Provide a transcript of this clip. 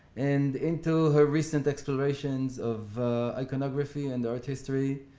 and into her recent explorations of iconography and artistry,